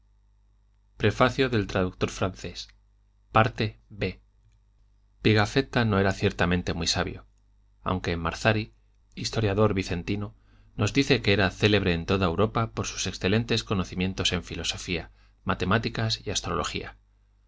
escuadra de magallanes xvii pigafetta no era ciertamente muy sabio aunque marzari historiador vicentino nos dice que era célebre en toda europa por sus excelentes conocimientos en filosofía matemáticas y astrología